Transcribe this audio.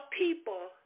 people